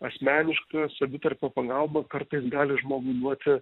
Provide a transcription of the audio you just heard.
asmeniška savitarpio pagalba kartais gali žmogui duoti